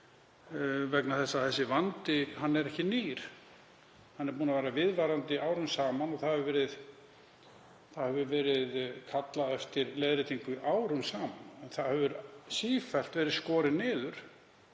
vegna þess að þessi vandi er ekki nýr, hann er búinn að vera viðvarandi árum saman og kallað hefur verið eftir leiðréttingu árum saman. Það hefur sífellt verið skorið niður,